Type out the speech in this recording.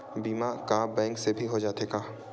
बीमा का बैंक से भी हो जाथे का?